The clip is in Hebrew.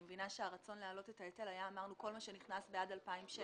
אני מבינה שהרצון להעלות את ההיטל היה כל מה שנכנסנו עד 2,000 שקל.